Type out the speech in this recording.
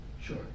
Sure